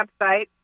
website